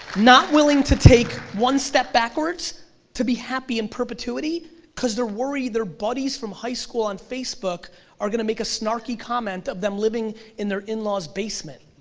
not willing to take one step backwards to be happy in perpetuity because they're worried their buddies from high school on facebook are gonna make a snarky comment of them living in their in-laws basement.